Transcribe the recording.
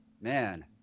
man